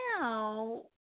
now